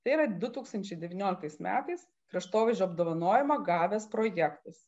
tai yra du tūkstančiai devynioliktais metais kraštovaizdžio apdovanojimą gavęs projektas